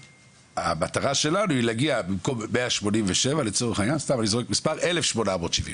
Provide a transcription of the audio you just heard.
המטרה שלנו היא להגיע במקום 187 עמדות ל-1870